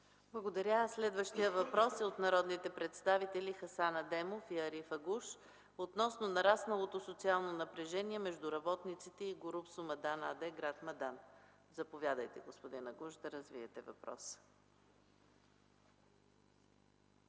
Благодаря. Следващият въпрос е от народните представители Хасан Адемов и Ариф Агуш относно нарасналото социално напрежение между работниците и „Горубсо” АД в град Мадан. Заповядайте, господин Агуш, да развиете въпроса.